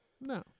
No